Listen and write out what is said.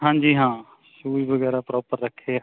ਹਾਂਜੀ ਹਾਂ ਸ਼ੂਜ ਵਗੈਰਾ ਪ੍ਰੋਪਰ ਰੱਖੇ ਆ